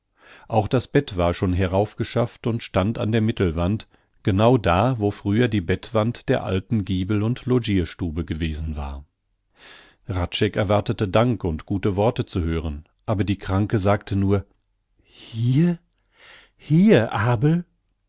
auch das bett war schon heraufgeschafft und stand an der mittelwand genau da wo früher die bettwand der alten giebel und logirstube gewesen war hradscheck erwartete dank und gute worte zu hören aber die kranke sagte nur hier hier abel